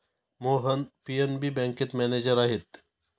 Mohan PNB बँकेत manager आहेत